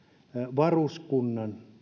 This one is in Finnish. varuskunnan